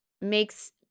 makes